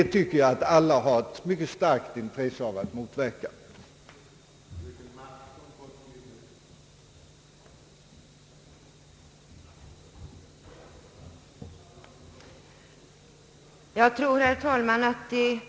Jag tycker att alla har ett mycket stort intresse att motverka detta.